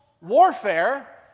warfare